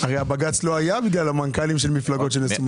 הבג"ץ לא היה בגלל המנכ"לים של מפלגות של השמאל אבל...